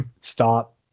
Stop